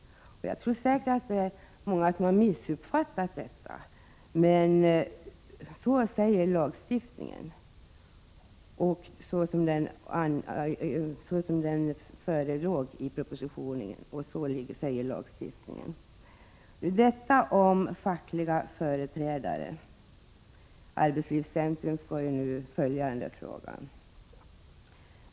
Det är säkert många som har missuppfattat detta, men så står det i såväl propositionen som lagen. Arbetslivscentrum skall nu utvärdera denna fråga.